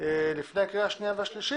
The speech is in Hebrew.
לפני הקריאה השנייה והשלישית.